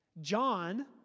John